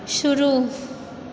शुरू